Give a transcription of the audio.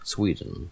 Sweden